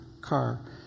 car